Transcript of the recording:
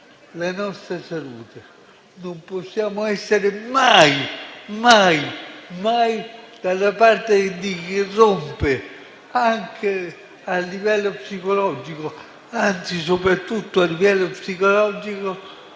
la nostra salute. Non possiamo essere mai dalla parte di chi rompe, anche a livello psicologico, anzi soprattutto a livello psicologico,